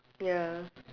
ya